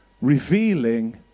revealing